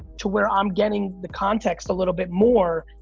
to where i'm getting the context a little bit more,